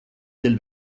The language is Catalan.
del